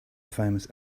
famous